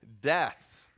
death